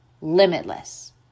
limitless